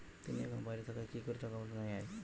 তিনি এখন বাইরে থাকায় কি করে টাকা পাঠানো য়ায়?